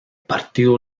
partido